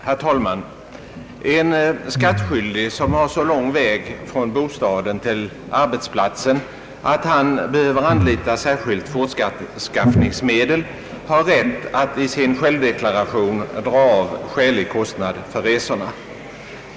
Herr talman! En skattskyldig som har så lång väg från bostaden till arbetsplatsen att han behöver anlita särskilt fortskaffningsmedel har rätt att i sin självdeklaration dra av skälig kostnad för resorna.